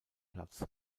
platz